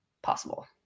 possible